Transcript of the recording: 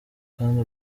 kandi